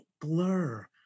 blur